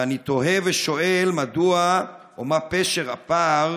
ואני תוהה ושואל מדוע, או מה פשר הפער